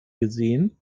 gesehen